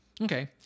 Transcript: okay